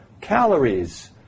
Calories